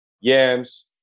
yams